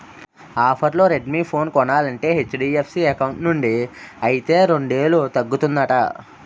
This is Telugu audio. ఆఫర్లో రెడ్మీ ఫోను కొనాలంటే హెచ్.డి.ఎఫ్.సి ఎకౌంటు నుండి అయితే రెండేలు తగ్గుతుందట